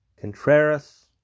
Contreras